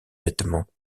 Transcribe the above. vêtements